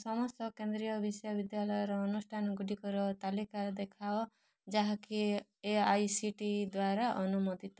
ସମସ୍ତ କେନ୍ଦ୍ରୀୟ ବିଶ୍ୱବିଦ୍ୟାଳୟର ଅନୁଷ୍ଠାନଗୁଡ଼ିକର ତାଲିକା ଦେଖାଅ ଯାହାକି A I C T E ଦ୍ଵାରା ଅନୁମୋଦିତ